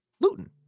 Luton